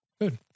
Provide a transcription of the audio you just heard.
Good